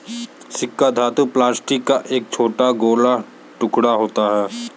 सिक्का धातु या प्लास्टिक का एक छोटा गोल टुकड़ा होता है